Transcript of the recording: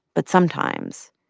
but sometimes.